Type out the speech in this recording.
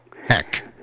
heck